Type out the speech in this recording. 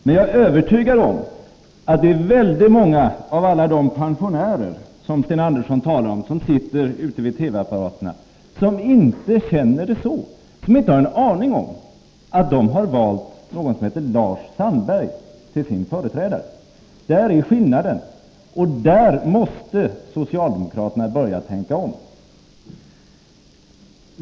Men jag är övertygad om att väldigt många av de pensionärer Sten Andersson talar om framför TV-apparaterna inte har en aning om att de har valt någon som heter Lars Sandberg till sin företrädare. Där ligger skillnaden, och där måste socialdemokraterna börja tänka om.